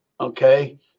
okay